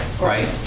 Right